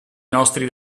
nostri